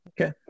Okay